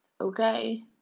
okay